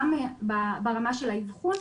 גם ברמה של האבחון,